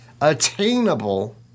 attainable